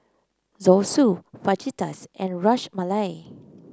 Zosui Fajitas and Ras Malai